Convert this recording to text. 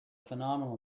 phenomenal